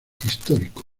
histórico